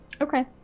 Okay